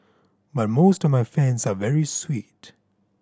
but most of my fans are very sweet